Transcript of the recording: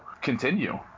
continue